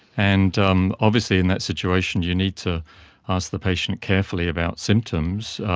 and um obviously in that situation you need to ask the patient carefully about symptoms,